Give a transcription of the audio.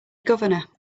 governor